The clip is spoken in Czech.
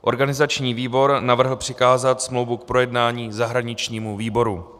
Organizační výbor navrhl přikázat smlouvu k projednání zahraničnímu výboru.